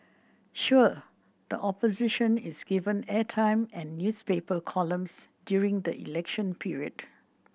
sure the opposition is given airtime and newspaper columns during the election period